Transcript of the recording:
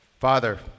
Father